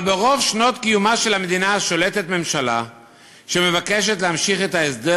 אבל ברוב שנות קיומה של המדינה שולטת ממשלה שמבקשת להמשיך את ההסדר